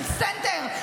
של סנטר,